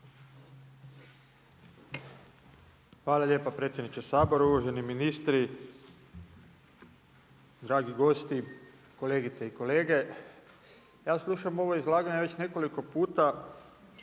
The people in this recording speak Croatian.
Hvala lijepa predsjedniče Sabora, uvaženi ministri, dragi gosti, kolegice i kolege. Ja slušam ovo izlaganje već nekoliko puta